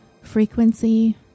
frequency